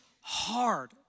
hard